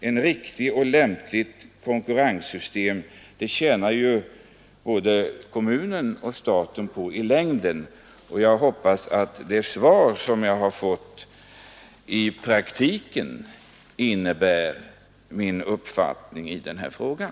Ett riktigt och lämpligt konkurrenssystem tjänar ju både kommunen och staten i längden på. Jag hoppas att det svar som jag har fått i praktiken innebär stöd åt min uppfattning i den här frågan.